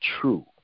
true